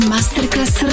Masterclass